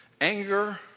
anger